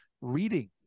reading